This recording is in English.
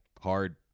hard